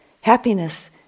happiness